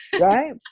right